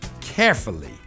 carefully